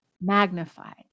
magnified